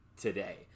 today